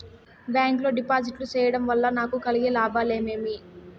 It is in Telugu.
బ్యాంకు లో డిపాజిట్లు సేయడం వల్ల నాకు కలిగే లాభాలు ఏమేమి?